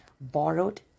borrowed